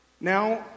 Now